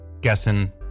guessing